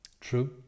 True